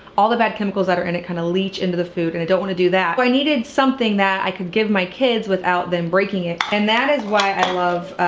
all the bad chemicals that are in it kind of leech into the food and i don't want to do that. but i needed something that i could give my kids without them breaking it. and that is why i love,